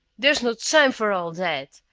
there's no time for all that!